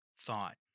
thought